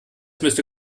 müsste